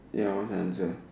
ya I always answer